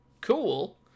cool